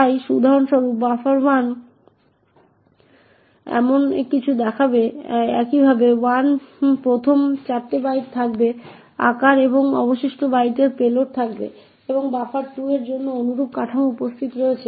তাই উদাহরণস্বরূপ buffer1 এমন কিছু দেখাবে এইভাবে 1 ম 4 বাইটে থাকবে আকার এবং অবশিষ্ট বাইটের পেলোড থাকবে এবং বাফার 2 এর জন্যও অনুরূপ কাঠামো উপস্থিত রয়েছে